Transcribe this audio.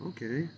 Okay